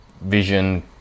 vision